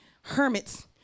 hermits